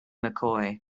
mccoy